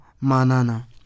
Manana